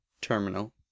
terminal